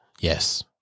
Yes